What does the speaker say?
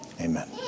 Amen